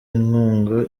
inkunga